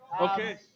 Okay